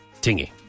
Tingy